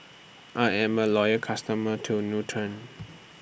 I'm A Loyal customer to Nutren